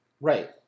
Right